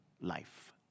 life